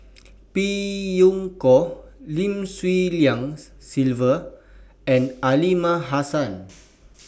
Phey Yew Kok Lim Swee Lian Sylvia and Aliman Hassan